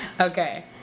Okay